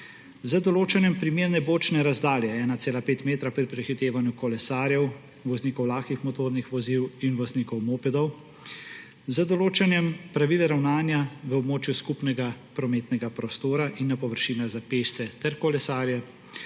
z določanjem primerne bočne razdalje 1,5 metra pri prehitevanju kolesarjev, voznikov lahkih motornih vozil in voznikov mopedov; z določanjem pravil ravnanja v območju skupnega prometnega prostora in na površinah za pešce ter kolesarje;